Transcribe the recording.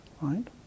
right